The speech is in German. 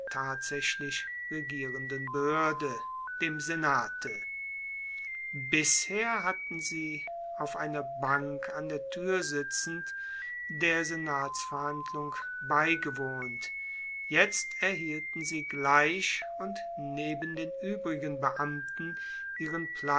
tatsaechlich regierenden behoerde dem senate bisher hatten sie auf einer bank an der tuer sitzend der senatsverhandlung beigewohnt jetzt erhielten sie gleich und neben den uebrigen beamten ihren